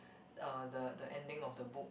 uh the the ending of the book